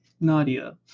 Nadia